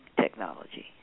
technology